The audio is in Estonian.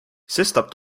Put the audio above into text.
sestap